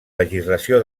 legislació